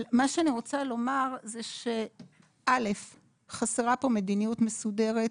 אבל מה שאני רוצה לומר זה שקודם כל חסרה פה מדיניות מסודרת,